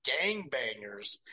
gangbangers